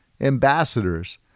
ambassadors